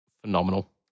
phenomenal